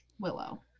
Willow